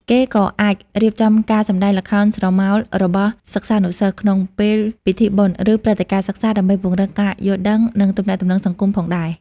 គេក៏អាចរៀបចំការសម្តែងល្ខោនស្រមោលរបស់សិស្សានុសិស្ស ក្នុងពេលពិធីបុណ្យ ឬព្រឹត្តិការណ៍សិក្សា ដើម្បីពង្រឹងការយល់ដឹង និងទំនាក់ទំនងសង្គមផងដែរ។